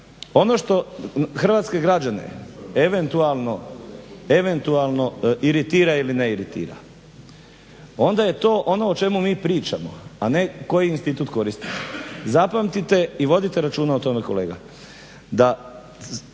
ono što hrvatske građane eventualno iritira ili ne iritira, onda je to ono o čemu mi pričamo, a ne koji institut koristiš. Zapamtite i vodite računa o tome kolega da